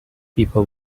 people